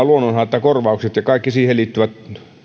luonnonhaittakorvaukset ja kaikki niihin liittyvät